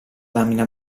lamina